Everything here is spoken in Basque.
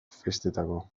festetako